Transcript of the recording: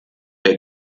der